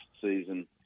season